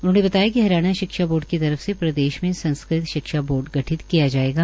उन्होंने बताया कि हरियाणा शिक्षा बोर्ड की तरफ से प्रदेश में संस्कृत शिक्षा बोर्ड गठित किया जायेगा